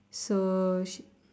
so she